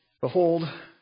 Behold